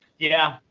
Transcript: yeah,